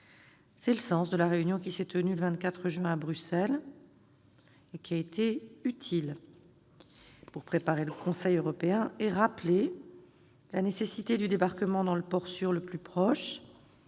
C'est le sens de la réunion qui s'est tenue le 24 juin à Bruxelles, qui a été utile, pour préparer le Conseil européen et rappeler la nécessité du débarquement dans le port sûr le plus proche,